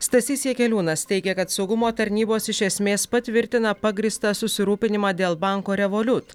stasys jakeliūnas teigia kad saugumo tarnybos iš esmės patvirtina pagrįstą susirūpinimą dėl banko revolut